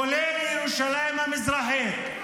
כולל ירושלים המזרחית.